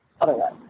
Otherwise